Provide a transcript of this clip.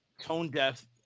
tone-deaf –